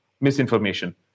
misinformation